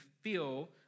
feel